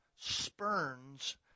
spurns